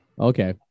Okay